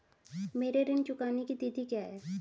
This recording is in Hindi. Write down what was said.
मेरे ऋण चुकाने की तिथि क्या है?